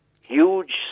huge